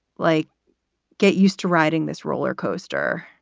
like get used to riding this roller coaster.